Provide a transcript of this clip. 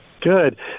Good